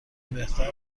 بهتر